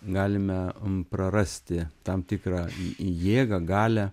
galime prarasti tam tikrą jėgą galią